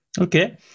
Okay